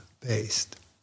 based